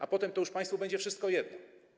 A potem to już państwu będzie wszystko jedno.